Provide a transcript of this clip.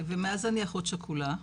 ומאז אני אחות שכולה,